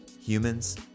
humans